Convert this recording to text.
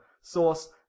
source